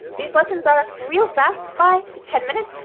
these lessons are real fast, five to ten minutes.